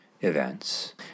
events